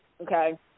okay